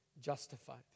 justified